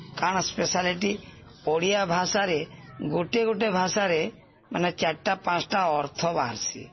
କାଣା ସ୍ପେଶାଲିଟି ଓଡ଼ିଆ ଭାଷାରେ ଗୋଟେ ଗୋଟେ ଭାଷାରେ ମାନେ ଚାରିଟା ପାଞ୍ଚଟା ଅର୍ଥ ବାହାର୍ସି